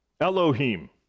Elohim